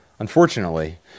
Unfortunately